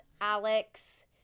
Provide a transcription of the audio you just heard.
Alex